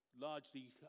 Largely